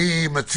אם יש